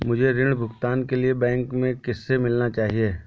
मुझे ऋण भुगतान के लिए बैंक में किससे मिलना चाहिए?